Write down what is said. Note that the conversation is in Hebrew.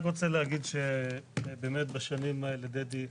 אני רק רוצה להגיד שבשנים האלה, דדי,